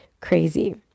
crazy